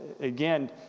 again